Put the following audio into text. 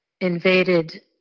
invaded